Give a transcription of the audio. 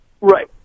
Right